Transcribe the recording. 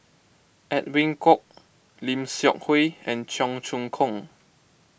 Edwin Koek Lim Seok Hui and Cheong Choong Kong